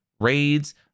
raids